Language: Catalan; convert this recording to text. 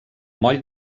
moll